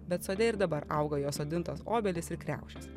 bet sode ir dabar auga jo sodintos obelys ir kriaušės